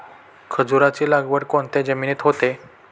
खजूराची लागवड कोणत्या जमिनीत होते?